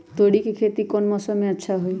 तोड़ी के खेती कौन मौसम में अच्छा होई?